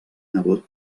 nebot